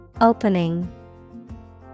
Opening